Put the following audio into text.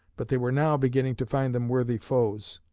but they were now beginning to find them worthy foes.